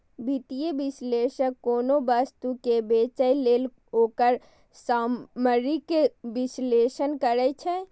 वित्तीय विश्लेषक कोनो वस्तु कें बेचय लेल ओकर सामरिक विश्लेषण करै छै